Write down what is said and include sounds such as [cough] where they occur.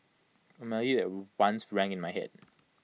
A melody [unintelligible] once rang in my Head